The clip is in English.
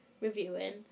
reviewing